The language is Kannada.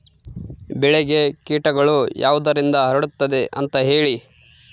ಬೆಳೆಗೆ ಕೇಟಗಳು ಯಾವುದರಿಂದ ಹರಡುತ್ತದೆ ಅಂತಾ ಹೇಳಿ?